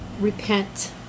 repent